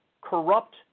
corrupt